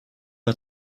pas